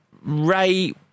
Ray